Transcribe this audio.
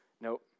nope